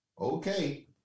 okay